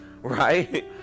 right